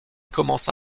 commença